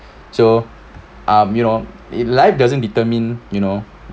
so um you know it life doesn't determine you know